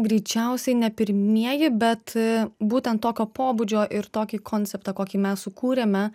greičiausiai ne pirmieji bet būtent tokio pobūdžio ir tokį konceptą kokį mes sukūrėme